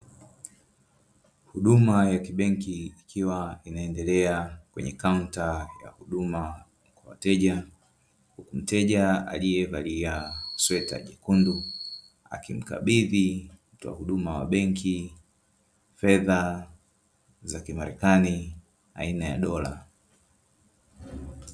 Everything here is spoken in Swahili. Huduma ya kibenki ikiwa inaendelea kwenye kaunta ya huduma kwa wateja. Mteja aliyevalia sweta jekundu akimkabidhi mtoa huduma wa benki fedha za kimarekani aina ya dola.